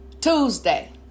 Tuesday